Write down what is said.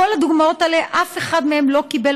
בכל הדוגמאות האלה אף אחד מהם לא קיבל